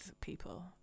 people